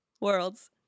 world's